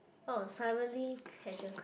orh suddenly casual